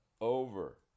over